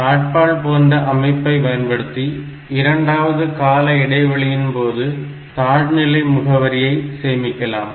தாழ்பாள் போன்ற அமைப்பை பயன்படுத்தி இரண்டாவது கால இடைவெளியின் போது தாழ் நிலை முகவரியை சேமிக்கலாம்